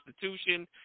Constitution